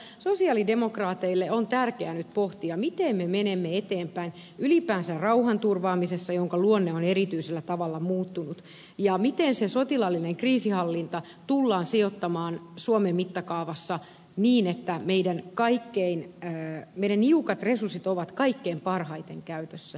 mutta sosialidemokraateille on tärkeää nyt pohtia miten me menemme eteenpäin ylipäänsä rauhanturvaamisessa jonka luonne on erityisellä tavalla muuttunut ja miten se sotilaallinen kriisinhallinta tullaan sijoittamaan suomen mittakaavassa niin että meidän niukat resurssimme ovat kaikkein parhaiten käytössä